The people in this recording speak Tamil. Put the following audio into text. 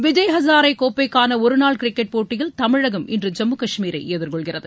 விஜய் அஜாரே கோப்பைக்கான ஒருநாள் கிரிக்கெட் போட்டியில் தமிழகம் இன்று ஜம்மு கஷ்மீரை எதிர்கொள்கிறது